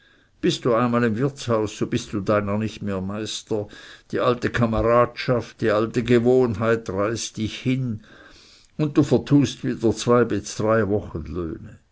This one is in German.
bist du einmal im wirtshaus so bist du deiner nicht mehr meister die alte kameradschaft die alte gewohnheit reißt dich hin und du vertust wieder zwei bis drei wochenlöhne